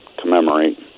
commemorate